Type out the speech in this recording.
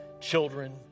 children